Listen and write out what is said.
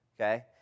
Okay